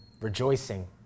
Rejoicing